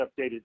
updated